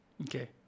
okay